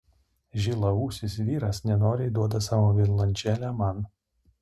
žilaūsis vyras nenoriai duoda savo violončelę man